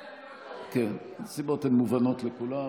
מהסיבות האלה אני לא, כן, הסיבות מובנות לכולם.